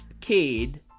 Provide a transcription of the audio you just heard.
kid